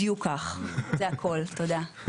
בדיוק כך, זה הכל, תודה.